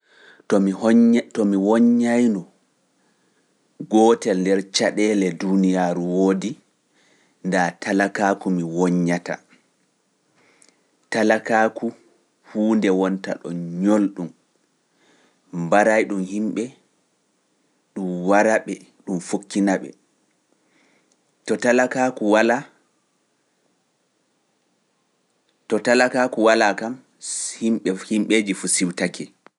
To mi woññayno, gootel nder caɗeele duuniyaaru woodi, nda talakaaku mi woññata. Talakaaku huunde wonta ɗon ñolɗum, mbaray ɗum himɓe, ɗum wara ɓe, to ɗum walaa kam, yimɓeeji fuu siwtake.